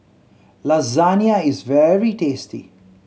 lasagne is very tasty